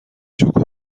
جوک